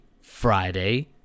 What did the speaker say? Friday